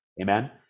amen